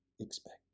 expect